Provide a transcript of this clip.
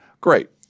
great